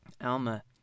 Alma